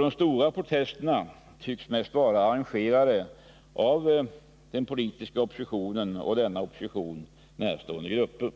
De stora protesterna tycks mest vara arrangerade av den politiska oppositionen och den närstående grupper.